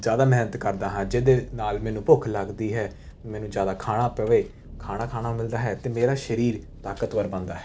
ਜ਼ਿਆਦਾ ਮਿਹਨਤ ਕਰਦਾ ਹਾਂ ਜਿਹਦੇ ਨਾਲ ਮੈਨੂੰ ਭੁੱਖ ਲੱਗਦੀ ਹੈ ਮੈਨੂੰ ਜ਼ਿਆਦਾ ਖਾਣਾ ਪਵੇ ਖਾਣਾ ਖਾਣਾ ਮਿਲਦਾ ਹੈ ਅਤੇ ਮੇਰਾ ਸਰੀਰ ਤਾਕਤਵਰ ਬਣਦਾ ਹੈ